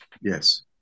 Yes